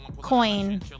coin